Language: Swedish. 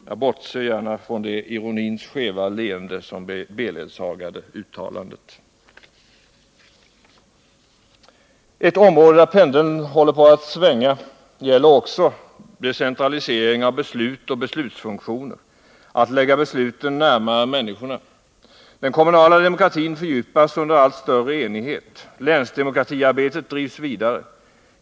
Jag bortser gärna från det ironins skeva leende som beledsagade uttalandet! Ett annat område där pendeln håller på att svänga är decentralisering av beslut och beslutsfunktioner — att lägga besluten närmare människorna. Den kommunala demokratin fördjupas under allt större enighet, länsdemokratiarbetet drivs vidare.